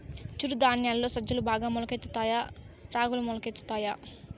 చిరు ధాన్యాలలో సజ్జలు బాగా మొలకెత్తుతాయా తాయా రాగులు మొలకెత్తుతాయా